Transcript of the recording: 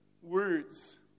words